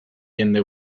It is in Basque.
jende